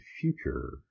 future